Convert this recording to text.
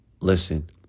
Listen